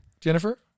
Jennifer